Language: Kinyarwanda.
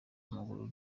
w’amaguru